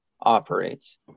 operates